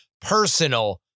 personal